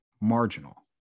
marginal